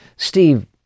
Steve